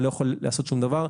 אני לא יכול לעשות שום דבר.